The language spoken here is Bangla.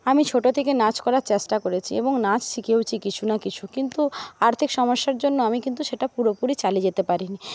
আমি ছোটো থেকে নাচ করার চেষ্টা করেছি এবং নাচ শিখেওছি কিছু না কিছু কিন্তু আর্থিক সমস্যার জন্য আমি কিন্তু সেটা পুরোপুরি চালিয়ে যেতে পারিনি